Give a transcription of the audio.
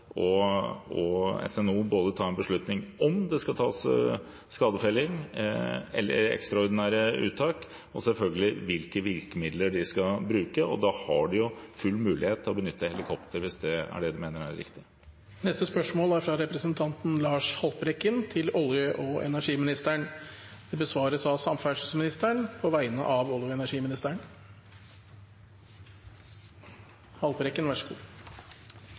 og SNO ta en beslutning om hvorvidt det skal tas ved ekstraordinære uttak, og selvfølgelig om hvilke virkemidler de skal bruke, og da har de jo full mulighet til å benytte helikopter, hvis det er det de mener er det riktige. Dette spørsmålet er trukket tilbake. Dette spørsmålet, fra representanten Lars Haltbrekken til olje- og energiministeren, vil bli besvart av samferdselsministeren på vegne av olje- og energiministeren,